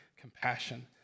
compassion